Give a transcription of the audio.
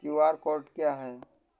QR code क्या है?